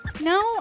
No